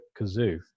kazoo